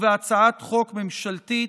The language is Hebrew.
ובהצעת חוק ממשלתית,